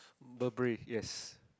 Burberry yes